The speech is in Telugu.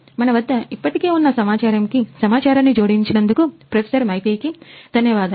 మన వద్ద ఇప్పటికే ఉన్నసమాచారం కి సమాచారాన్ని జోడించినందుకు ప్రొఫెసర్ మైటీకి ధన్యవాదాలు